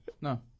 No